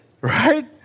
Right